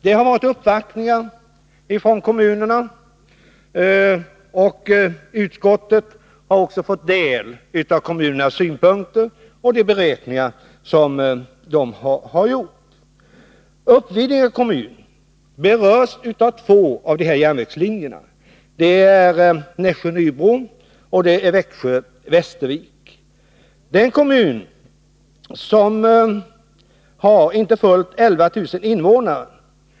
Det har varit uppvaktningar från kommunerna, och utskottet har också fått ta del av kommunernas synpunkter och de beräkningar som har gjorts. Uppvidinge kommun berörs av två av dessa järnvägslinjer: Nässjö-Nybro och Växjö-Västervik. Det är en kommun som har inte fullt 11 000 invånare.